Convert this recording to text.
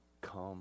Come